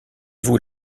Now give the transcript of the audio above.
vous